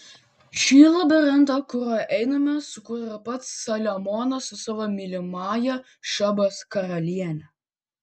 šį labirintą kuriuo einame sukūrė pats saliamonas su savo mylimąja šebos karaliene